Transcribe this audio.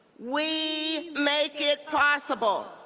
we make it possible.